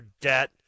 debt